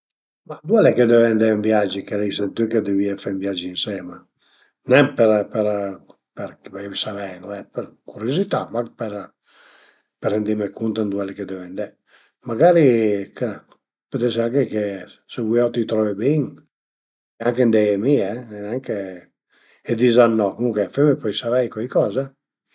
Ma ün'aventüra che m'ricordu al e la gita ën muntagna che l'uma fait mi e mia fumna e suma andait cun üna tendin-a no e alura suma fërmase ënt ün post, a zmiava trancuil, pöi pürtrop dürant la nöit al e arivaie al e arivaie ün cinghial, sai nen s'al era da sul o s'al era ën cumpagnia, al a fait dui o tre gir ënturn a la tenda e pöi al e andait via, però suma andait via anche nui perché suma piase ën po dë paüra